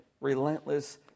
relentless